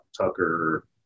Tucker